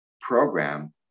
program